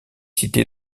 cité